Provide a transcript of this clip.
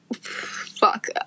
Fuck